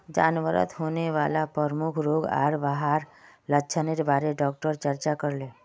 जानवरत होने वाला प्रमुख रोग आर वहार लक्षनेर बारे डॉक्टर चर्चा करले